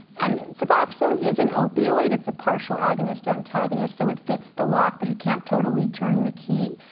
and suboxone is an opioid. it's a partial agonist-antagonist so it fits the lock, but you can't totally turn the key.